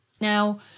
Now